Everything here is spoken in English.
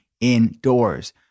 indoors